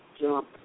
jump